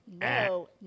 no